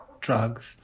drugs